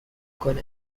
کند